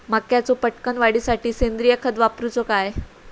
मक्याचो पटकन वाढीसाठी सेंद्रिय खत वापरूचो काय?